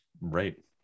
Right